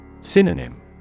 Synonym